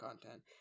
content